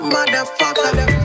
Motherfucker